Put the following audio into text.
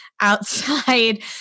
outside